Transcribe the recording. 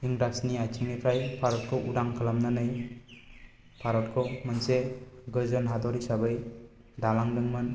इंराजनि आइथिंनिफ्राय भारतखौ उदां खालामनानै भारतखौ मोनसे गोजोन हादर हिसाबै दालांदोंमोन